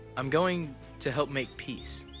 i'm going to help make peace.